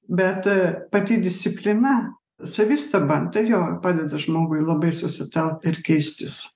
bet pati disciplina savistaba tai jo padeda žmogui labai susitelkt ir keistis